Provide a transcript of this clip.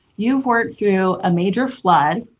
you have worked through a major flood,